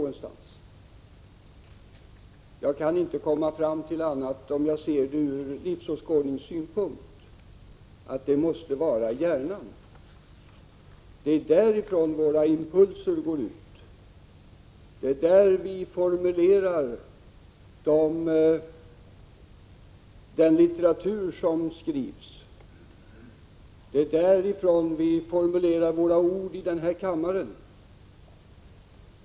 Om man ser det ur livsåskådningssynpunkt kan jag inte komma fram till annat än att det måste vara hjärnan. Det är därifrån våra impulser går ut. Det är där vi formulerar den litteratur som skrivs. Det är där vi formulerar våra ord i den här kammaren.